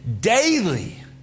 daily